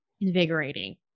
invigorating